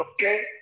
Okay